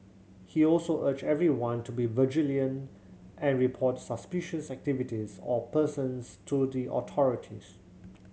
he also urged everyone to be vigilant and report suspicious activities or persons to the authorities